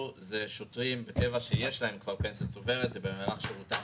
זה שוטרים בקבע שיש להם כבר פנסיה צוברת ובמהלך שירותם